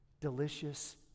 delicious